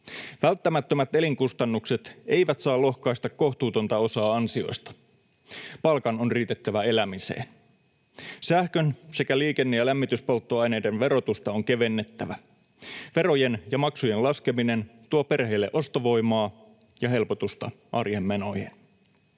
Välttämättömät elinkustannukset eivät saa lohkaista kohtuutonta osaa ansioista. Palkan on riitettävä elämiseen. Sähkön sekä liikenne‑ ja lämmityspolttoaineiden verotusta on kevennettävä. Verojen ja maksujen laskeminen tuo perheille ostovoimaa ja helpotusta arjen menoihin.